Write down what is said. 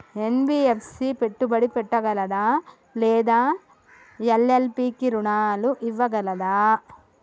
NBFC పెట్టుబడి పెట్టగలదా లేదా ఎల్.ఎల్.పి కి రుణాలు ఇవ్వగలదా?